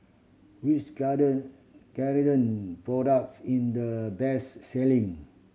which Ceradan products in the best selling